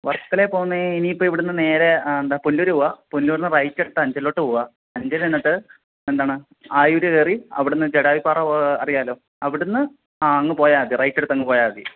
വർക്കലയിൽ പോകുന്നത് ഇനി ഇപ്പം ഇവിടന്നു നേരെ എന്താ പുനലൂരു പോകുക പുനലുരിൽ നിന്ന് റൈറ്റ് എടുത്ത് അഞ്ചലോട്ട് പോകുക അഞ്ചൽ ചെന്നിട്ട് പിന്നെ എന്താണ് ആയൂരു കയറി അവിടുന്ന് ജടായുപ്പാറ അറിയാമല്ലോ അവിടുന്ന് അങ്ങു പോയാൽ മതി റൈറ്റ് എടുത്ത് അങ്ങു പോയാൽ മതി